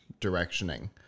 directioning